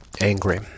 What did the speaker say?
angry